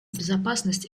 безопасность